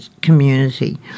community